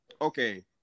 okay